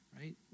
right